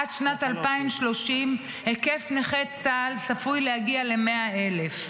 עד שנת 2030 היקף נכי צה"ל צפוי להגיע ל-100,000.